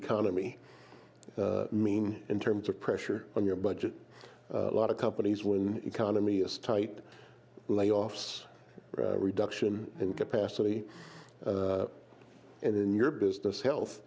economy mean in terms of pressure on your budget a lot of companies when economy is tight layoffs reduction in capacity in your business health